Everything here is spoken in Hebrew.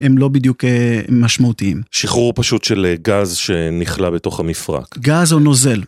הם לא בדיוק משמעותיים. שחרור פשוט של גז שנכלה בתוך המפרק. גז או נוזל.